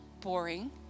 boring